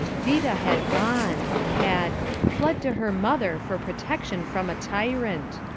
vida had gone! had fled to her mother for protection from a tyrant.